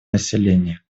население